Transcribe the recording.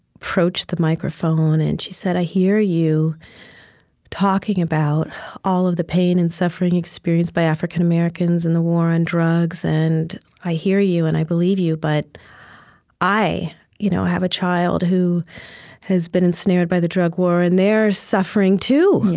approached the microphone and she said, i hear you talking about all of the pain and suffering experienced by african americans and the war on the drugs. and i hear you and i believe you, but i you know have a child who has been ensnared by the drug war, and they're suffering, too. yeah